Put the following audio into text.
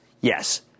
Yes